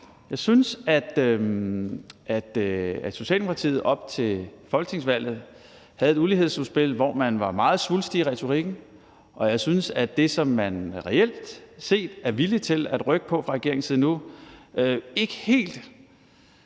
Jeg synes, at Socialdemokratiet op til folketingsvalget, havde et ulighedsudspil, hvor man var meget svulstig i retorikken, og jeg synes, at det, som man reelt set er villig til at rykke på fra regeringens side nu, ikke helt